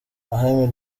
ahmed